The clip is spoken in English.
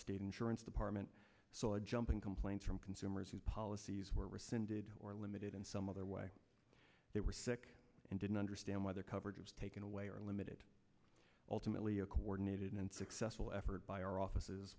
state insurance department saw a jump in complaints from consumers whose policies were rescinded or limited in some other way they were sick and didn't understand whether coverage is taken away or limited ultimately a coordinated and successful effort by our offices